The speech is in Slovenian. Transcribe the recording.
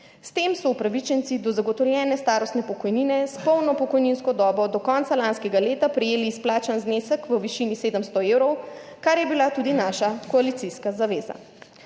S tem so upravičenci do zagotovljene starostne pokojnine s polno pokojninsko dobo do konca lanskega leta prejeli izplačan znesek v višini 700 evrov, kar je bila tudi naša koalicijska zaveza.